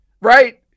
right